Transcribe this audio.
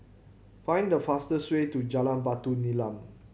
find the fastest way to Jalan Batu Nilam